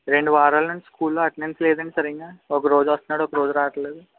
రెండు వారాల నుంచి స్కూల్లో అటెండెన్స్ లేదండి సరిగ్గా ఒక రోజు వస్తున్నాడు ఒకరోజు రావట్లేదు